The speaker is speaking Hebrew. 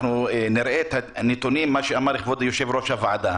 אנחנו נראה את הנתונים שאמר כבוד יושב-ראש הוועדה,